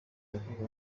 yakorewe